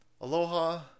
Aloha